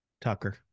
Tucker